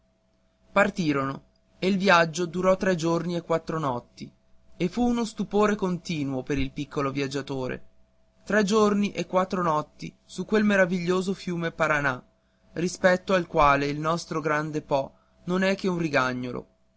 partirono e il viaggio durò tre giorni e quattro notti e fu uno stupore continuo per il piccolo viaggiatore tre giorni e quattro notti su per quel meraviglioso fiume paranà rispetto al quale il nostro grande po non è che un rigagnolo